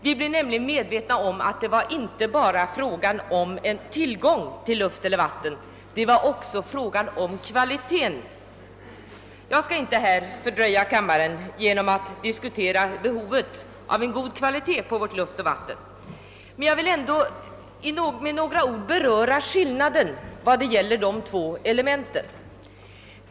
Vi blev nämligen medvetna om att det här inte bara var fråga om en tillgång till luft eller vatten — det var också fråga om kvaliteten. Jag skall inte nu uppehålla kammaren med att diskutera behovet av god kvalitet på vår luft och vårt vatten, men jag vill med några ord beröra skillnaden mellan problemen när det gäller de två elementen.